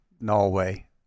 Norway